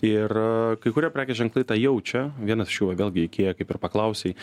ir kai kurie prekės ženklai tą jaučia vienas iš jų va vėlgi ikea kaip ir paklausei